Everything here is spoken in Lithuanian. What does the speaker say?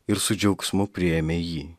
ir su džiaugsmu priėmė jį